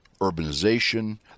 urbanization